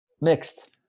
Mixed